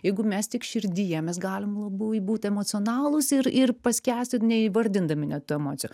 jeigu mes tik širdyje mes galim labai būt emocionalūs ir ir paskęsti neįvardindami net tų emocijų